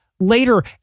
later